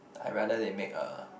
I rather they make a